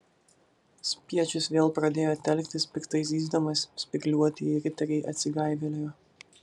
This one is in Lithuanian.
spiečius vėl pradėjo telktis piktai zyzdamas spygliuotieji riteriai atsigaivelėjo